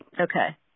Okay